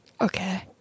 Okay